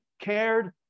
cared